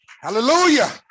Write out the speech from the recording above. Hallelujah